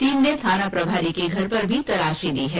team ने थाना प्रभारी के घर पर भी तलाशी ली है